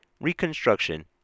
reconstruction